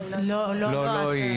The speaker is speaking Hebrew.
לא היא.